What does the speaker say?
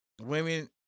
Women